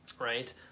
right